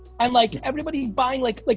and like everybody buying like like,